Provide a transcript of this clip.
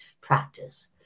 practice